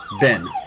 Ben